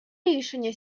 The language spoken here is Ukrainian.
рішення